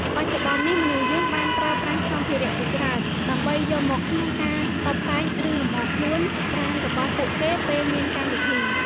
បច្ចុប្បន្ននេះមនុស្សយើងបានប្រើប្រាស់សម្ភារៈជាច្រើនដើម្បីយកមកក្នុងការតុបតែងឬលំអរខ្លួនប្រាណរបស់ពួកគេពេលមានកម្មវិធី។